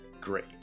Great